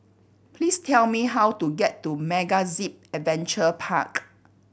please tell me how to get to MegaZip Adventure Park